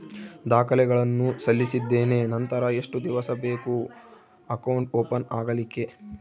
ದಾಖಲೆಗಳನ್ನು ಸಲ್ಲಿಸಿದ್ದೇನೆ ನಂತರ ಎಷ್ಟು ದಿವಸ ಬೇಕು ಅಕೌಂಟ್ ಓಪನ್ ಆಗಲಿಕ್ಕೆ?